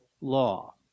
law